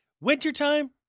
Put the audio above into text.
Wintertime